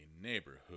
neighborhood